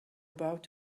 about